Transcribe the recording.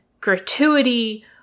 gratuity